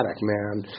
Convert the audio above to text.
man